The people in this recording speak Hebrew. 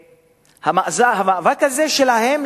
והמאבק הזה שלהם,